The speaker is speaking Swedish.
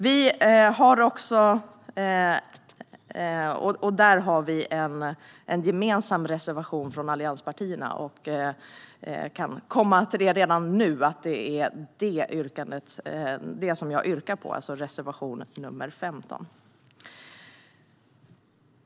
Vi har en gemensam reservation från allianspartierna om detta, och jag kan säga redan nu att det är den som jag yrkar bifall till, alltså reservation nr 15.